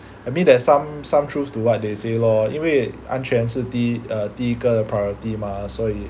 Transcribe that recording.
I mean there's some some truth to what they say lor 因为安全是第一第一个 priority mah 所以